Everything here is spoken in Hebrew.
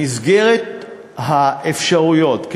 במסגרת האפשרויות,